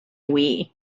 wii